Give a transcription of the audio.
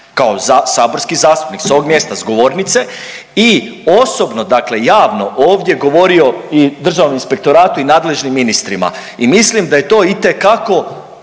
kao saborski zastupnik s ovog mjesta s govornice i osobno, dakle javno ovdje govorio i Državnom inspektoratu i nadležnim ministrima. I mislim da je to itekako